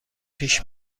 پیش